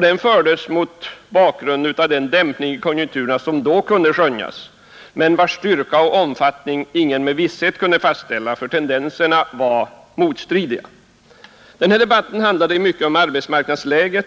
Den fördes mot bakgrund av den dämpning i konjunkturerna som då kunde skönjas men vars styrka och omfattning ingen med visshet kunde fastställa därför att tendenserna var motstridiga. Den debatten handlade mycket om arbetsmarknadsläget,